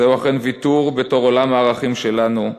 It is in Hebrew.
זהו אכן ויתור בתוך עולם הערכים שלנו,